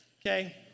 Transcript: Okay